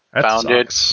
Founded